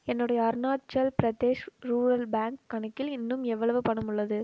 என்னுடைய Arunachal Pradesh rural bank கணக்கில் இன்னும் எவ்வளவு பணம் உள்ளது